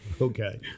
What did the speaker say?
Okay